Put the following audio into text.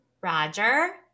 roger